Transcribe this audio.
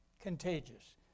contagious